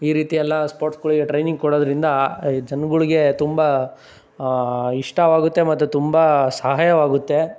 ಈ ರೀತಿಯೆಲ್ಲ ಸ್ಪೋರ್ಟ್ಸ್ಗಳ್ಗೆ ಟ್ರೈನಿಂಗ್ ಕೊಡೋದರಿಂದ ಈ ಜನ್ಗಳ್ಗೆ ತುಂಬ ಇಷ್ಟವಾಗುತ್ತೆ ಮತ್ತು ತುಂಬ ಸಹಾಯವಾಗುತ್ತೆ